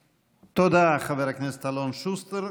תודה, חבר הכנסת אלון שוסטר.